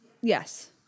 Yes